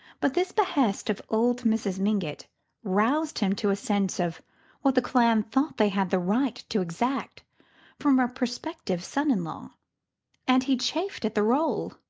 but this behest of old mrs. mingott's roused him to a sense of what the clan thought they had the right to exact from a prospective son-in-law and he chafed at the role.